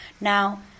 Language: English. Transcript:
Now